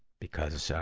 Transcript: because, so